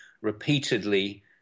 repeatedly